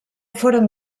foren